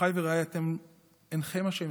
אחיי ורעיי, אתם אינכם אשמים,